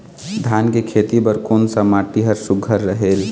धान के खेती बर कोन सा माटी हर सुघ्घर रहेल?